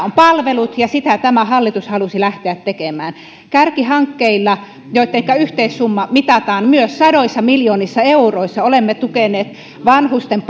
ovat palvelut ja sitä tämä hallitus halusi lähteä tekemään kärkihankkeilla joittenka yhteissumma mitataan myös sadoissa miljoonissa euroissa olemme tukeneet vanhusten